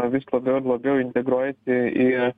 vis labiau ir labiau integruojasi į